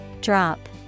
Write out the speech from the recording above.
drop